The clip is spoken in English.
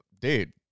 dude